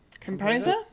Composer